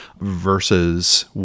versus